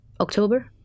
October